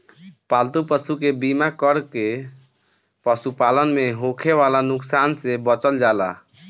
पालतू पशु के बीमा कर के पशुपालन में होखे वाला नुकसान से बचल जाला